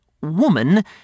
woman